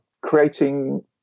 creating